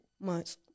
months